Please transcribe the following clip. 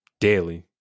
daily